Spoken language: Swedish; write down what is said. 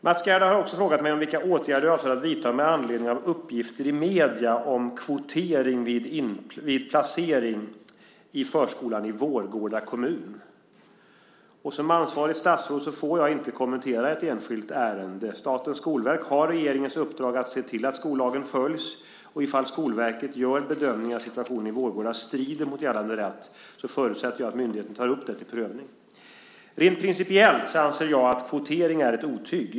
Mats Gerdau har också frågat mig vilka åtgärder jag avser att vidta med anledning av uppgifter i medierna om kvotering vid placering i förskolan i Vårgårda kommun. Som ansvarigt statsråd får jag naturligtvis inte kommentera ett enskilt ärende. Statens skolverk har regeringens uppdrag att se till att skollagen följs. Ifall Skolverket gör bedömningen att situationen i Vårgårda strider mot gällande rätt, förutsätter jag att myndigheten tar upp detta till prövning. Rent principiellt anser jag att kvotering är ett otyg.